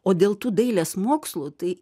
o dėl to dailės mokslų tai